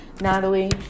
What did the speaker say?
Natalie